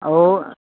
अहो